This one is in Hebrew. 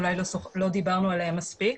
אולי לא דיברנו עליהם מספיק.